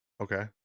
okay